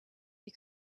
you